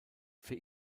für